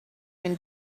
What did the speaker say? been